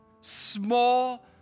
small